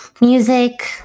music